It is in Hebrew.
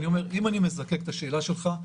אם אני מזקק את השאלה שלך,